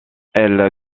elle